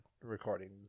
recording